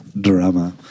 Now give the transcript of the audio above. Drama